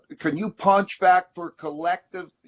can you punch back for collective,